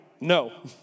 no